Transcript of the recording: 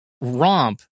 romp